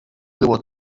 było